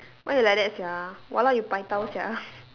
why you like that sia !walao! you paitao sia